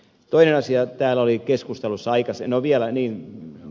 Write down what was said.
toinen asia täällä oli keskustelussa aikaisemmin